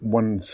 one